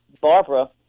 Barbara